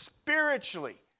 spiritually